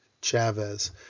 Chavez